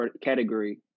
category